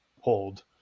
hold